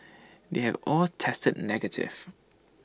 they have all tested negative